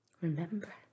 Remember